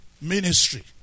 ministry